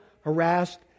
harassed